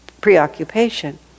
preoccupation